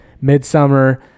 midsummer